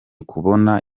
kubona